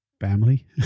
family